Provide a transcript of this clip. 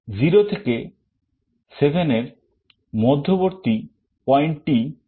0 থেকে 7 এর মধ্যবর্তী পয়েন্টটি কি